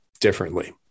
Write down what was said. differently